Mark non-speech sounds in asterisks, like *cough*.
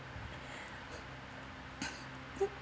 *laughs*